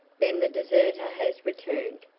then the deserter has returned,